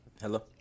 Hello